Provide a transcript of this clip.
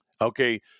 okay